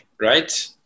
right